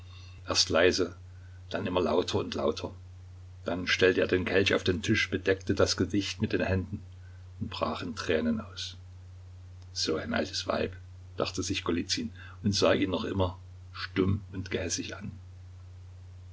erst leise dann immer lauter und lauter dann stellte er den kelch auf den tisch bedeckte das gesicht mit den händen und brach in tränen aus so ein altes weib dachte sich golizyn und sah ihn noch immer stumm und gehässig an